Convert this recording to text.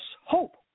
Hope